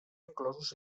inclosos